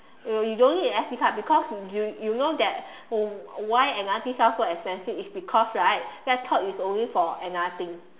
oh you don't need a S_D card because you you know that why another thing sell so expensive it's because right laptop it's only for another thing